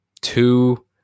Two